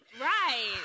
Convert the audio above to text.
Right